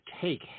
take